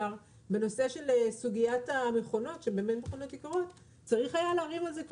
בנושא של סוגית המכונות צריך היה לריב על זה קודם.